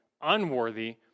unworthy